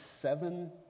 seven